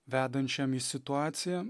vedančiam į situaciją